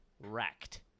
wrecked